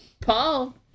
Paul